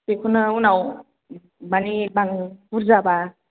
बेखौनो उनाव माने बुरजाबा